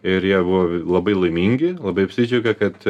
ir jie buvo labai laimingi labai apsidžiaugė kad